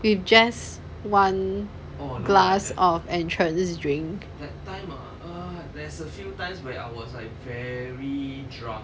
with just one glass of entrance drink